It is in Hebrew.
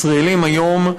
ישראלים היום,